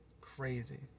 crazy